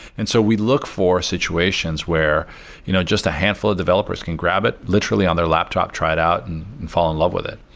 and so we'd look for situations where you know just a handful of developers can grab it, literally, on their laptop, try it out and and fall in love with it.